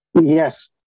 Yes